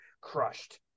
crushed